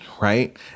Right